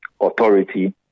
authority